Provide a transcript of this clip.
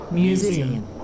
museum